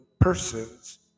persons